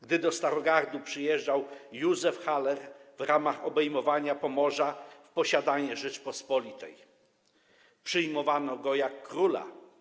Gdy do Starogardu przyjeżdżał Józef Haller w ramach obejmowania Pomorza w posiadanie Rzeczypospolitej, przyjmowano go jak króla.